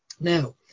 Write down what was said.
Now